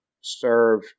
serve